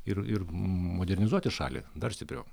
ir ir modernizuoti šalį dar stipriau